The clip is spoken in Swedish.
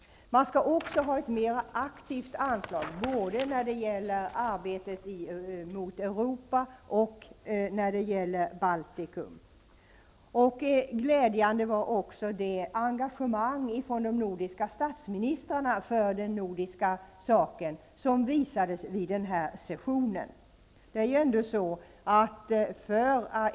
Man skall också ha ett mer aktiv anslag både när det gäller arbetet mot Europa och när det gäller Baltikum. Glädjande var också det engagemang som visades från de nordiska statsministrarna för den nordiska saken.